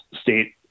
state